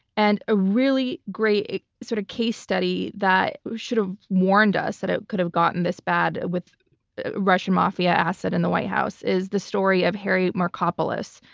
and a really great sort of case study that should have warned us that it could have gotten this bad with a russian mafia asset in the white house is the story of harry markopolos,